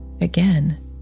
again